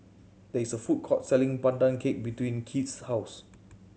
there is a food court selling Pandan Cake between Kieth's house